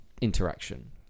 interaction